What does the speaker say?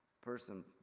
person